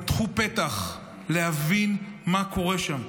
פתחו פתח להבין מה קורה שם,